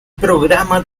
programa